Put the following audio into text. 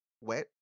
wet